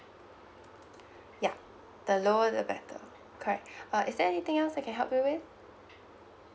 yup the lower the better correct uh is there anything else I can help you with